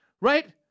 right